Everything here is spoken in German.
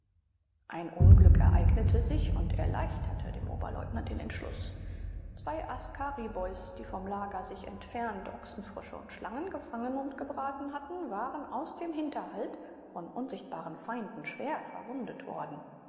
ein unglück ereignete sich und erleichterte dem oberleutnant den entschluß zwei askariboys die vom lager sich entfernt ochsenfrösche und schlangen gefangen und gebraten hatten waren aus dem hinterhalt von unsichtbaren feinden schwer verwundet worden